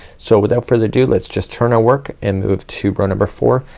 so without further ado let's just turn our work and move to row number four.